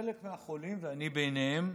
חלק מהחולים, ואני ביניהם,